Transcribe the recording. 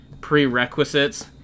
prerequisites